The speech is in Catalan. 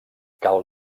cal